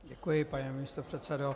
Děkuji, pane místopředsedo.